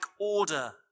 order